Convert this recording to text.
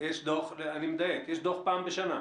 יש דוח שמוגש פעם בשנה.